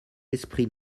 esprit